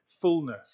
fullness